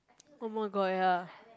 oh-my-god ya